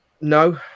No